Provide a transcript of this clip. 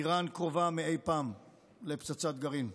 איראן קרובה מאי פעם לפצצת גרעין.